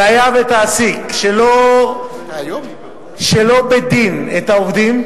והיה ותעסיק שלא בדין את העובדים,